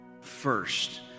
first